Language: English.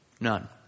None